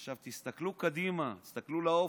עכשיו, תסתכלו קדימה, תסתכלו לאופק.